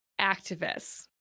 Activists